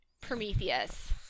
Prometheus